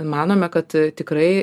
manome kad tikrai